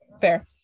Fair